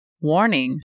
Warning